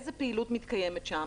איזו פעילות מתקיימת שם,